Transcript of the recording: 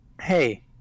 hey